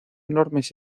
enormes